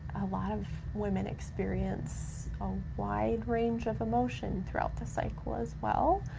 a lot of women experience a wide range of emotion throughout the cycle as well.